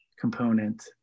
component